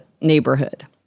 neighborhood